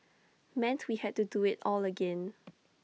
meant we had to do IT all again